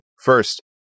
First